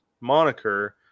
moniker –